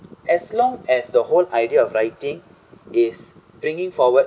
as long as the whole idea of writing is bringing forward